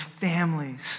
families